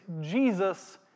Jesus